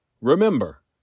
Remember